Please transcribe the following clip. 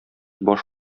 баш